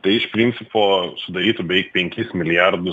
tai iš principo sudarytų beveik penkis milijardus